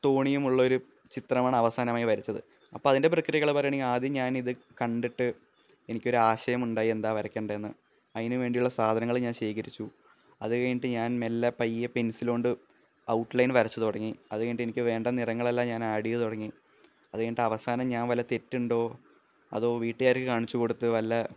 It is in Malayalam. തോണിയുമുള്ള ഒരു ചിത്രമാണ് അവസാനമായി വരച്ചത് അപ്പോൾ അതിന്റെ പ്രക്രിയകള് പറയുകയാണെ ആദ്യം ഞാനിത് കണ്ടിട്ട് എനിക്കൊരു ആശയം ഉണ്ടായി എന്താ വരക്കേണ്ടതെന്ന് അതിനുവേണ്ടിയുള്ള സാധനങ്ങള് ഞാന് ശേഖരിച്ചു അതുകഴിഞ്ഞിട്ട് ഞാന് മെല്ലെ പയ്യെ പെന്സിൽ കൊണ്ട് ഔട്ട്ലൈന് വരച്ച് തുടങ്ങി അതുകഴിഞ്ഞിട്ട് എനിക്ക് വേണ്ട നിറങ്ങളെല്ലാം ഞാന് ആഡ് ചെയ്തു തുടങ്ങി അതുകഴിഞ്ഞിട്ട് അവസാനം ഞാന് വല്ല തെറ്റുണ്ടോ അതോ വീട്ടുകാര്ക്ക് കാണിച്ചു കൊടുത്ത് വല്ല